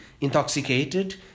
intoxicated